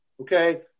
okay